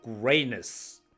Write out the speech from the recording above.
greatness